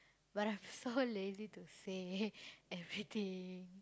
but I'm so lazy to say everything